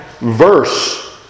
verse